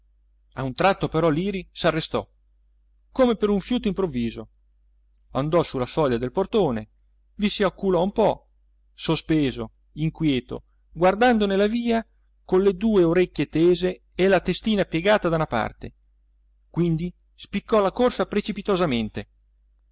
a un tratto però liri s'arrestò come per un fiuto improvviso andò su la soglia del portone vi si acculò un po sospeso inquieto guardando nella via con le due orecchie tese e la testina piegata da una parte quindi spiccò la corsa precipitosamente